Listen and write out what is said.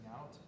out